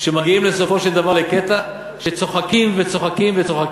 שמגיעים בסופו של דבר לקטע שצוחקים וצוחקים